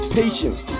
patience